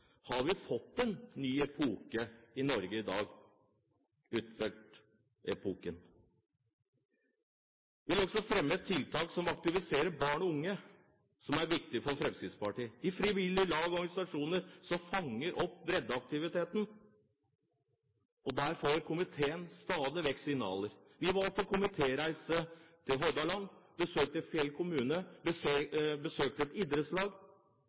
Har vi fått en ny epoke i Norge i dag – Huitfeldt-epoken? Jeg vil også framheve tiltak som aktiviserer barn og unge, som er viktige for Fremskrittspartiet, og de frivillige lag og organisasjoner som fanger opp breddeaktiviteten. Her får komiteen stadig vekk signaler. Vi var på komitéreise til Hordaland og besøkte Fjell kommune og et idrettslag.